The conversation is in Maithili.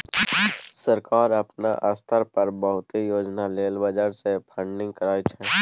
सरकार अपना स्तर पर बहुते योजना लेल बजट से फंडिंग करइ छइ